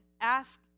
ask